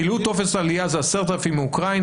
מילאו טופס עלייה זה 10,000 מאוקראינה,